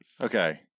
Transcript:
Okay